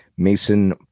Mason